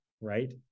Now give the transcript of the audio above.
right